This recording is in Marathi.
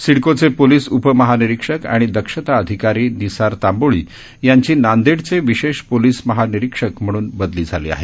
सिडकोचे पोलिस उपमहानिरिक्षक आणि दक्षता अधिकारी निसार तांबोळी यांची नांदेडचे विशेष पोलिस महानिरीक्षक म्हणून बदली झाली आहे